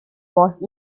was